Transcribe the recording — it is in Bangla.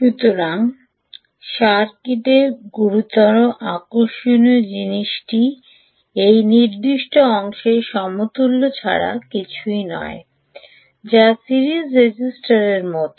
সুতরাং সার্কিটের গুরুতর আকর্ষণীয় জিনিসটি এই নির্দিষ্ট অংশের সমতুল্য ছাড়া কিছুই নয় যা সিরিজ রেজিস্ট্রারের মতো